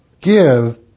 give